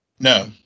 No